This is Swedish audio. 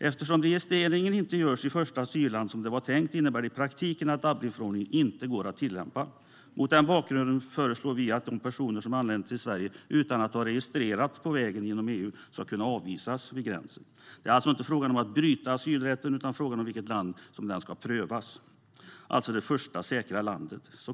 Eftersom registreringen inte görs i första asylland, som det var tänkt, går det i praktiken inte att tillämpa Dublinförordningen. Mot den bakgrunden föreslår vi att de personer som anländer till Sverige utan att ha registrerats på vägen genom EU ska kunna avvisas vid gränsen. Det är alltså inte fråga om att bryta mot asylrätten, utan det handlar om i vilket land en person ska prövas, nämligen det första säkra landet.